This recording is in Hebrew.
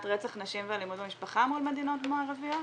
רצח נשים ואלימות במשפחה מול מדינות מערביות?